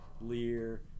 Lear